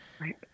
Right